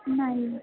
नाही